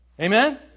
Amen